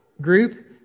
group